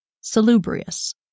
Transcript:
salubrious